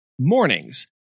mornings